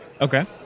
Okay